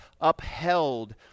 upheld